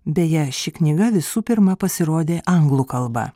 beje ši knyga visų pirma pasirodė anglų kalba